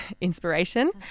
inspiration